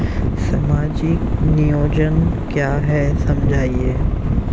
सामाजिक नियोजन क्या है समझाइए?